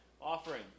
offering